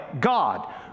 God